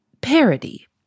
parody